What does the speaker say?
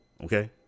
Okay